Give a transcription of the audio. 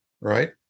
right